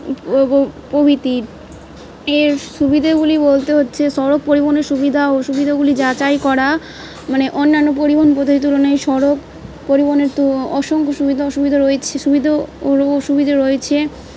প্রভৃতি এর সুবিধেগুলি বলতে হচ্ছে সড়ক পরিবহনের সুবিধা অসুবিধাগুলি যাচাই করা মানে অন্যান্য পরিবহন তুলনায় সড়ক পরিবহনের তো অসংখ্য সুবিধা অসুবিধা রয়েছে সুবিধে অসুবিধে রয়েছে